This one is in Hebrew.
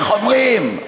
איך אומרים?